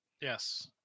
yes